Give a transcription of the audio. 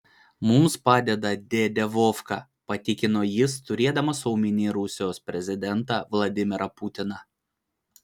mums padeda dėdė vovka patikino jis turėdamas omenyje rusijos prezidentą vladimirą putiną